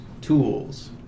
tools